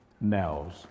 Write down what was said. nails